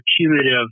cumulative